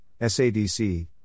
SADC